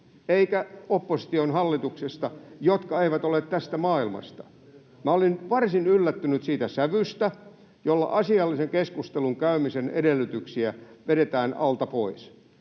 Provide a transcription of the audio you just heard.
eikä opposition hallituksesta, jotka eivät ole tästä maailmasta. Minä olin varsin yllättynyt siitä sävystä, jolla asiallisen keskustelun käymisen edellytyksiä vedetään alta pois.